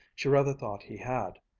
she rather thought he had.